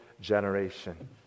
generation